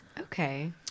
Okay